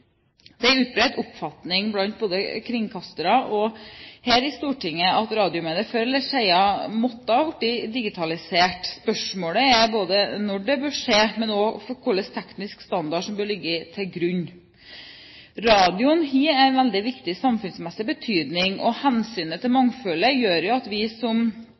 Det er en utbredt oppfatning blant kringkastere og her i Stortinget at radiomediet før eller siden måtte bli digitalisert. Spørsmålet er når det bør skje, men også hvilken teknisk standard som bør ligge til grunn. Radioen har en veldig viktig samfunnsmessig betydning, og hensynet til mangfoldet gjør at vi som